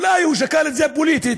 אולי הוא שקל את זה פוליטית.